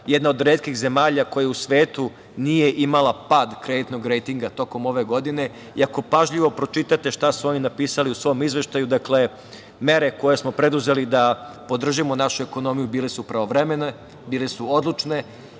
jedna od retkih zemalja koja u svetu nije imala pad kreditnog rejtinga tokom ove godine. Ako pažljivo pročitate šta su oni napisali u svom izveštaju, mere koje smo preduzeli da podržimo našu ekonomiju bile su pravovremene, bile su odlučne